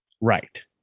right